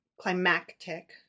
Climactic